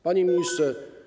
Panie Ministrze!